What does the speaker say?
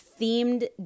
themed